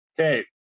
Okay